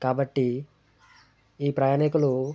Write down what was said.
కాబట్టి ఈ ప్రయాణికులు